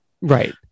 right